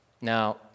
Now